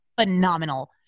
phenomenal